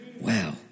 Wow